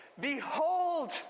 Behold